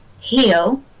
heal